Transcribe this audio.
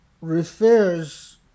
refers